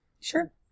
sure